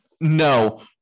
no